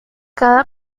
cada